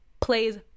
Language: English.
plays